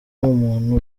umuntu